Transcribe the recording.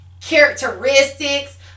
characteristics